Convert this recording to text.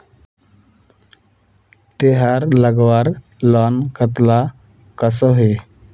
तेहार लगवार लोन कतला कसोही?